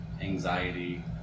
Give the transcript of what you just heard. anxiety